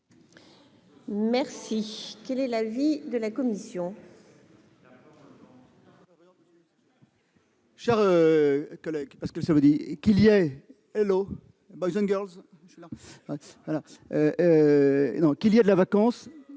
juin. Quel est l'avis de la commission ?